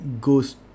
goes